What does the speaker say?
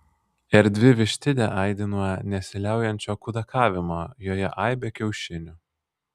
erdvi vištidė aidi nuo nesiliaujančio kudakavimo joje aibė kiaušinių